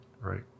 Right